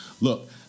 Look